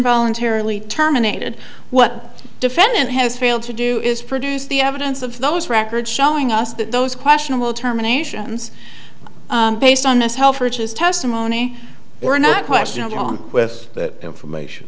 voluntarily terminated what defendant has failed to do is produce the evidence of those records showing us that those questionable terminations based on this health purchase testimony were not question along with that information